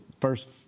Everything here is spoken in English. First